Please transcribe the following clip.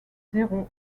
zéro